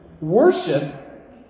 worship